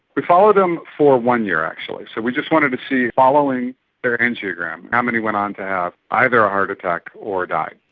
we followed them for one year actually, so we just wanted to see, following their angiogram, how many went on to have either a heart attack or die.